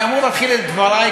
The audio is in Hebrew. אני אמור להתחיל את דברי,